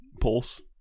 Pulse